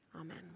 Amen